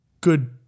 good